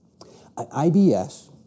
IBS